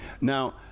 Now